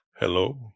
Hello